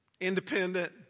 independent